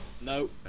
No